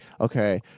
okay